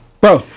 Bro